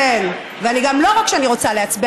ולא רק שאני רוצה להצביע,